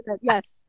Yes